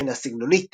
מבחינה סגנונית,